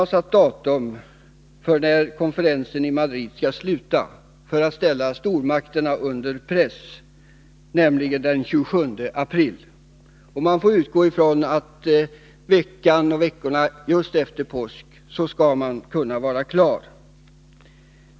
NN-staterna har, för att sätta stormakterna under press, fastställt datum för när Madridkonferensen skall sluta, nämligen den 27 april. Vi kan alltså utgå från att konferensen skall vara klar ett par veckor efter påsk.